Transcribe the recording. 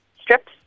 strips